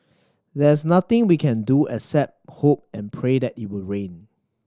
there's nothing we can do except hope and pray that it will rain